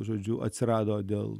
žodžiu atsirado dėl